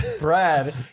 Brad